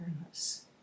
awareness